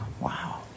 Wow